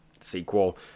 sequel